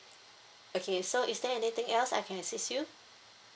okay so is there anything else I can assist you